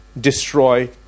destroy